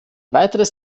weiteres